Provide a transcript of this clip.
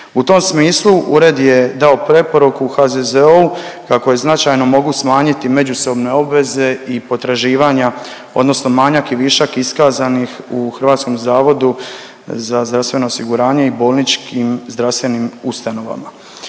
U tom smislu ured je dao preporuku HZZO-u kako značajno mogu smanjiti međusobne obveze i potraživanja odnosno manjak i višak iskazanih u HZZO i bolničkim zdravstvenim ustanovama